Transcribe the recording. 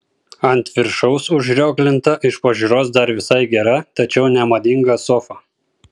ant viršaus užrioglinta iš pažiūros dar visai gera tačiau nemadinga sofa